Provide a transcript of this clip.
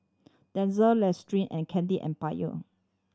Denizen Listerine and Candy Empire